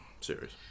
serious